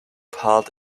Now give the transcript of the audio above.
part